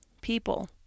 people